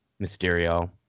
Mysterio